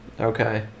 okay